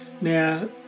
Now